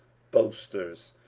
boasters,